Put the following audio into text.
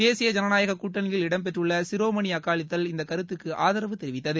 தேசிய ஜனநாயக கூட்டணியில் இடம் பெற்றுள்ள சிரோமனி அகாலி தள் இந்த கருத்துக்கு ஆதரவு தெரிவித்தது